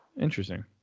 Interesting